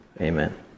Amen